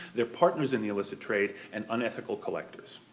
their partners in the illicit trade, and unethical collectors.